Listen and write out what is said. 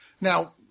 Now